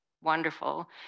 wonderful